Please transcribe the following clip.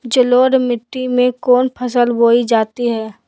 जलोढ़ मिट्टी में कौन फसल बोई जाती हैं?